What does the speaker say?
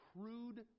crude